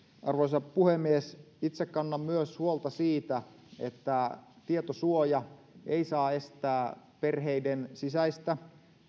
arvoisa puhemies itse kannan myös huolta siitä että tietosuoja ei saa estää perheiden sisäistä